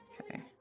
Okay